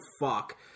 fuck